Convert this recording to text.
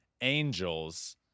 Angels